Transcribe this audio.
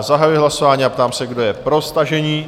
Zahajuji hlasování a ptám se, kdo je pro stažení?